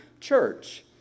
church